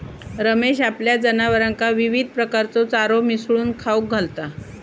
रमेश आपल्या जनावरांका विविध प्रकारचो चारो मिसळून खाऊक घालता